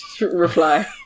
reply